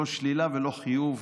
לא שלילה ולא חיוב,